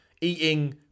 eating